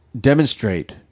demonstrate